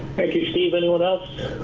thank you, steve. anyone else?